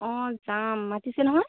অঁ যাম মাতিছে নহয়